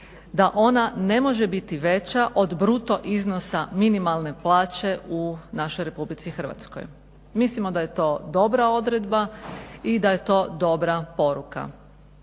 da ona ne može biti veća od bruto iznosa minimalne plaće u našoj RH. Mislimo da je to dobra odredba i da je to dobra poruka